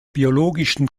biologischen